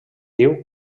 diu